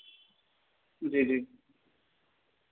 जी जी